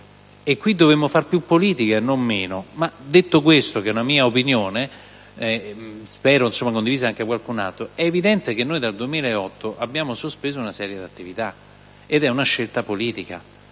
qui dovremmo fare più politica, e non meno). Detto questo, che è una mia opinione - spero condivisa da qualcuno altro - è evidente - ripeto - che dal 2008 abbiamo sospeso una serie di attività, ed è una scelta politica